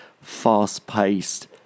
fast-paced